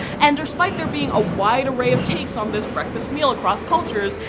and despite there being a wide array of takes on this breakfast meal across cultures,